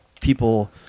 people